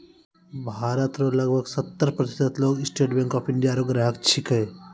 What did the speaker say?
भारत रो लगभग सत्तर प्रतिशत लोग स्टेट बैंक ऑफ इंडिया रो ग्राहक छिकै